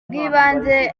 bw’ibanze